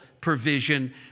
provision